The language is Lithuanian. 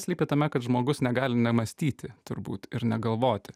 slypi tame kad žmogus negali nemąstyti turbūt ir negalvoti